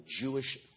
Jewish